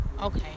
okay